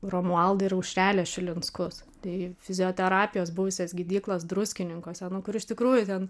romualdą ir aušrelę šilinskus tai fizioterapijos buvusias gydyklas druskininkuose nu kur iš tikrųjų ten